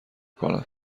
کند